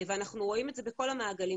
ואנחנו רואים את זה בכל המעגלים,